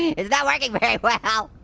it's not working very well.